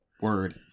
Word